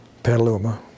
Petaluma